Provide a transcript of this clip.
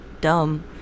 dumb